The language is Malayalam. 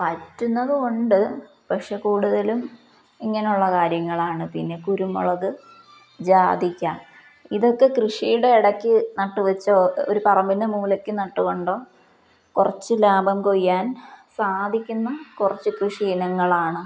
പറ്റുന്നതുമുണ്ട് പക്ഷെ കൂടുതലും ഇങ്ങനെയുള്ള കാര്യങ്ങളാണ് പിന്നെ കുരുമുളക് ജാതിക്കാ ഇതൊക്കെ കൃഷിയുടെ ഇടയ്ക്കു നട്ടുവച്ചോ ഒരു പറമ്പിൻ്റെ മൂലയ്ക്കു നട്ടുകൊണ്ടോ കുറച്ചു ലാഭം കൊയ്യാൻ സാധിക്കുന്ന കുറച്ചു കൃഷി ഇനങ്ങളാണ്